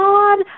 God